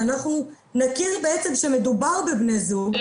שאנחנו נכיר שמדובר בבני זוג הם צריכים להוכיח שהם בני זוג.